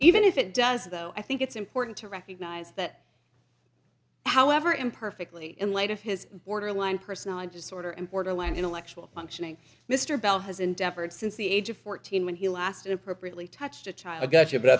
even if it does though i think it's important to recognize that however imperfectly in light of his borderline personality disorder and borderline intellectual functioning mr bell has endeavored since the age of fourteen when he last inappropriately touched a child i got